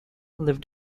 lived